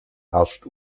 herrscht